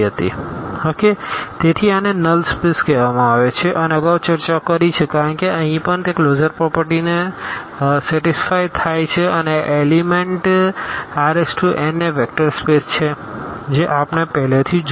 Vx∈RnAmnxn0m તેથી આને null space કહેવામાં આવે છે અને અગાઉ ચર્ચા કરી છે કારણ કે અહીં પણ તે ક્લોઝર પ્રોપર્ટી ને સંતોષ થાય છે અને એલીમેન્ટ Rn એ વેક્ટર સ્પેસ છે જે આપણે પહેલેથી જ જોયું છે